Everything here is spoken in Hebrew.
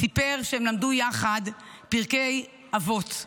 סיפר שהם למדו יחד פרקי אבות,